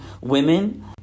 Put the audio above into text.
women